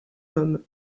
homme